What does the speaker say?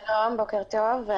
שלום, בוקר טוב,